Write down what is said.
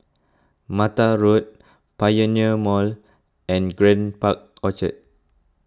Mattar Road Pioneer Mall and Grand Park Orchard